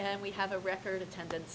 and we have a record attendance